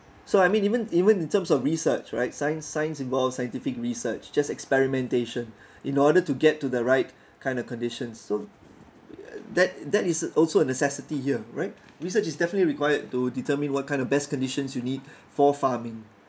so I mean even even in terms of research right science science involves scientific research just experimentation in order to get to the right kind of condition so that that is also a necessity here right research is definitely required to determine what kind of best conditions you need for farming